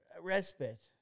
Respite